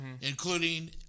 including